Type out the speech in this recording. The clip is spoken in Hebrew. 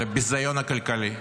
על הביזיון הכלכלי.